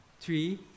three